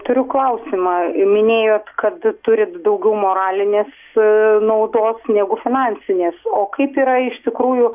turiu klausimą minėjot kad turit daugiau moralinės naudos negu finansinės o kaip yra iš tikrųjų